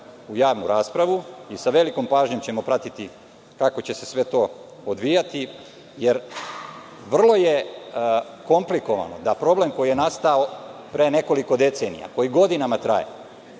u javnu raspravu i sa velikom pažnjom ćemo pratiti kako će se sve to odvijati, jer vrlo je komplikovano da problem koji je nastao pre nekoliko decenija, koji je godinama trajao,